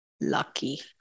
lucky